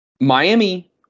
Miami